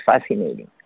fascinating